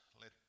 let